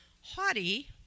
haughty